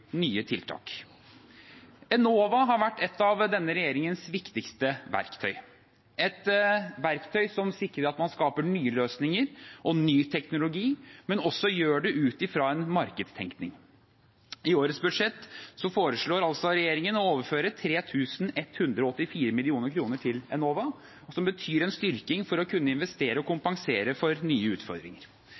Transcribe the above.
nye tiltak. Enova har vært et av denne regjeringens viktigste verktøy – et verktøy som sikrer at man skaper nye løsninger og ny teknologi, men også gjør det ut fra en markedstenkning. I årets budsjett foreslår regjeringen å overføre 3 184 mill. kr til Enova, som betyr en styrking for å kunne investere og kompensere for nye utfordringer.